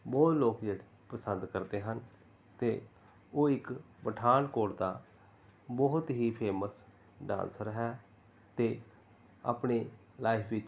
ਬਹੁਤ ਲੋਕ ਜਿਹੜੇ ਪਸੰਦ ਕਰਦੇ ਹਨ ਅਤੇ ਉਹ ਇੱਕ ਪਠਾਨਕੋਟ ਦਾ ਬਹੁਤ ਹੀ ਫੇਮਸ ਡਾਂਸਰ ਹੈ ਅਤੇ ਆਪਣੇ ਲਾਈਫ ਵਿੱਚ